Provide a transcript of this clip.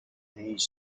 his